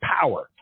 power